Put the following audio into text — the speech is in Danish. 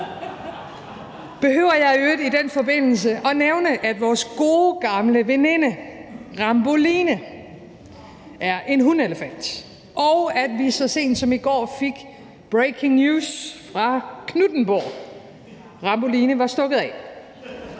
Behøver jeg i øvrigt i den forbindelse at nævne, at vores gode gamle veninde, Ramboline, er en hunelefant, og at vi så sent som i går fik breaking news fra Knuthenborg: Ramboline var stukket af.